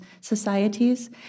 societies